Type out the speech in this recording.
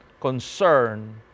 concern